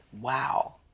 Wow